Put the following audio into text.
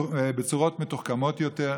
מתוחכמות יותר.